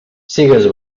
sigues